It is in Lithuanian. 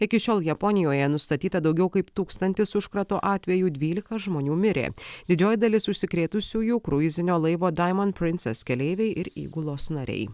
iki šiol japonijoje nustatyta daugiau kaip tūkstantis užkrato atvejų dvylika žmonių mirė didžioji dalis užsikrėtusiųjų kruizinio laivo daimont princes keleiviai ir įgulos nariai